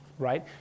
right